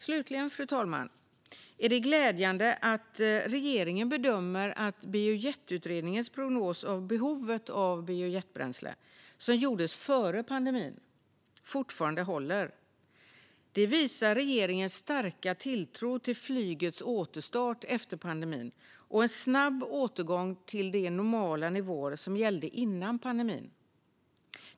Slutligen, fru talman, är det glädjande att regeringen bedömer att Biojetutredningens prognos av behovet av biojetbränsle, som gjordes före pandemin, fortfarande håller. Det visar regeringens starka tilltro till flygets återstart efter pandemin och en snabb återgång till de normala nivåer som gällde före pandemin.